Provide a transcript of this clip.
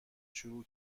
شروع